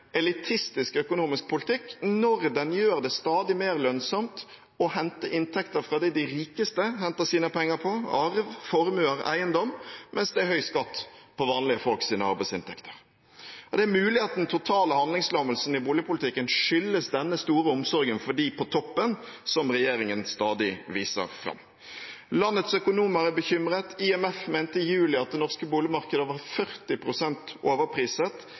elitistisk økonomisk politikk når den gjør det stadig mer lønnsomt å hente inntekter fra det de rikeste henter sine penger fra – arv, formue, eiendom – mens det er høy skatt på vanlige folks arbeidsinntekter. Det er mulig at den totale handlingslammelsen i boligpolitikken skyldes denne store omsorgen for dem på toppen, som regjeringen stadig viser fram. Landets økonomer er bekymret, IMF mente i juli at det norske boligmarkedet var